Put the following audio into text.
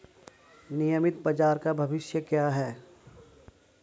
नियमित बाजार का भविष्य क्या है?